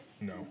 No